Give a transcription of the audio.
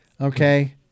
Okay